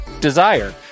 Desire